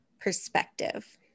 perspective